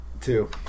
Two